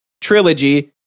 trilogy